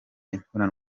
imibonano